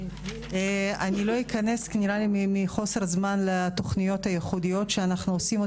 אני לא אכנס לתוכניות הייחודיות שאנחנו עושים.